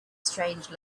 strange